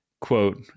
quote